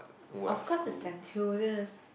of course it's Saint-Hilda's